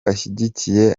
ashyigikiye